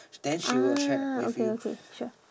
ah okay okay sure